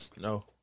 No